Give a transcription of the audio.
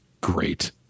great